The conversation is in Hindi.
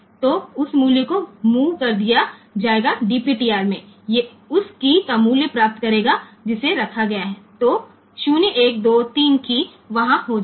तो उस मूल्य को move कर दिया जाएगा डीपीटीआरमें उस कीय का मूल्य प्राप्त करेगा जिसे रखा गया है तो 0 1 2 3 कीय वहाँ हो जाएगा